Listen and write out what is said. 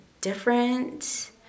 different